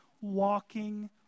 walking